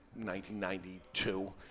1992